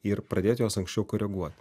ir pradėti juos anksčiau koreguoti